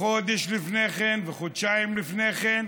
חודש לפני כן וחודשיים לפני כן,